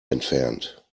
entfernt